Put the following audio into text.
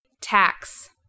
Tax